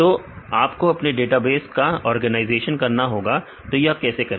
तो आपको अपने डेटाबेस का ऑर्गेनाइजेशन करना होगा तो यह कैसे करें